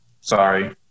Sorry